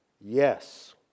yes